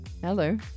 hello